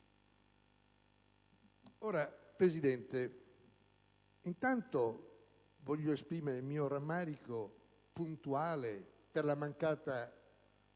Presidente, intanto voglio esprimere il mio rammarico puntuale per la mancata